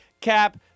Cap